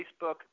Facebook